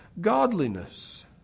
godliness